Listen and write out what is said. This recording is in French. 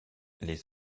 les